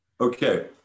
Okay